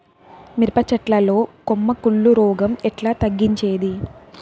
మిరప చెట్ల లో కొమ్మ కుళ్ళు రోగం ఎట్లా తగ్గించేది?